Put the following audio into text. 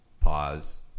pause